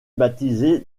baptisé